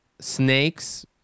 snakes